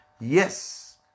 Yes